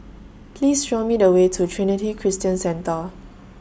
Please Show Me The Way to Trinity Christian Centre